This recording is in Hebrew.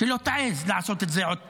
שלא תעז לעשות את זה עוד פעם.